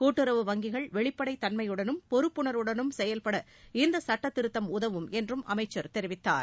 கூட்டுறவு வங்கிகள் வெளிப்படைத் தன்மையுடனும் பொறுப்புணர்வுடனும் செயல்பட இந்த சட்டத்திருத்தம் உதவும் என்றும் அமைச்சர் தெரிவித்தார்